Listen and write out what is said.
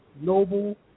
noble